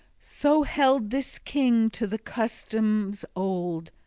so held this king to the customs old,